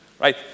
right